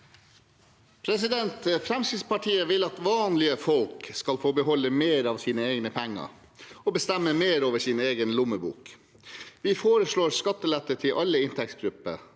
Fremskritts- partiet vil at vanlige folk skal få beholde mer av sine egne penger og bestemme mer over sin egen lommebok. Vi foreslår skattelette til alle inntektsgrupper